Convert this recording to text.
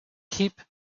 keep